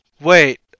wait